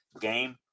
game